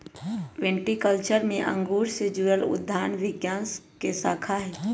viticulture में अंगूर से जुड़ल उद्यान विज्ञान के शाखा हई